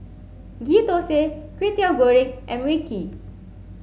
Ghee Thosai Kwetiau Goreng and Mui Kee